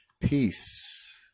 Peace